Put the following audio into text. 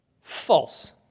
False